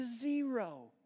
zero